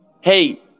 Hey